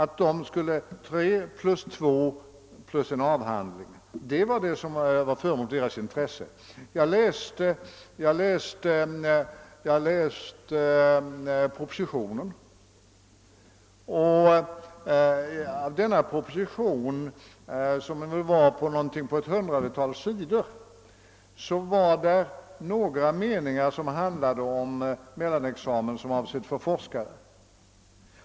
Tre år plus två år plus en avhandling var ett alternativ som diskuterades. Jag läste propositionen, och i denna proposition, som var på något hundratal sidor, fanns några meningar som handlade om en mellanexamen avsedd för forskare.